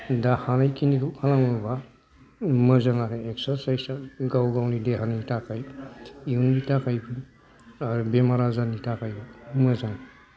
दा हानायखिनिखौ खालामोब्ला मोजां आरो एक्सार्साइसा गाव गावनि देहानि थाखाय इउननि थाखायबो आरो बेराम आजारनि थाखायबो मोजां